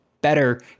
better